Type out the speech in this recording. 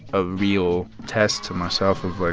a real test to myself of, like,